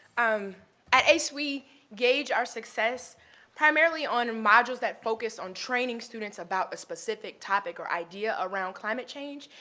um at ace, we gauge our success primarily on modules that focus on training students about a specific topic or idea around climate change,